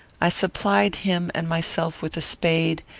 i supplied him and myself with a spade,